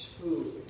Food